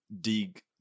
dig